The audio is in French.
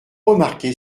remarqué